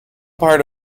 part